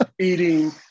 eating